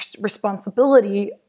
responsibility